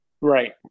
Right